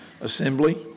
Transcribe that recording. assembly